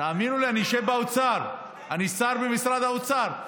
תאמינו לי, אני יושב באוצר, אני שר במשרד האוצר,